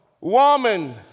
woman